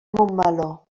montmeló